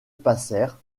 passèrent